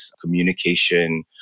communication